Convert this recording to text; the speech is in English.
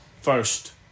first